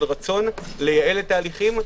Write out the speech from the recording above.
של רצון לייעל את ההליכים,